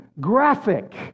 graphic